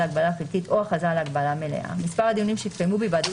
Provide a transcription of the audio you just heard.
הגבלה חלקית או הכרזה על הגבלה מלאה - מספר הדיונים שהתקיימו בהיוועדות